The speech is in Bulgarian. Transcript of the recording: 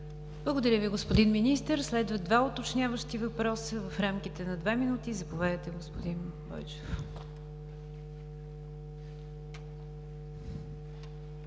Благодаря Ви, господин Министър. Следват два уточняващи въпроса в рамките на две минути. Заповядайте, господин Бойчев.